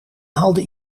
haalde